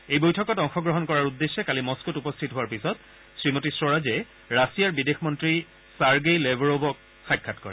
এই বৈঠকত অংশগ্ৰহণ কৰাৰ উদ্দেশ্যে কালি মস্কোত উপস্থিত হোৱাৰ পিছত শ্ৰীমতী স্বৰাজে ৰাছিয়াৰ বিদেশ মন্ত্ৰী ছাগেই লেভৰ বক সাক্ষাৎ কৰে